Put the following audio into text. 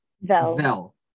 Vel